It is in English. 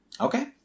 okay